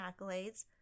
accolades